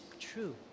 true